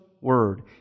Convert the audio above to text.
word